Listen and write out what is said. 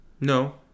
no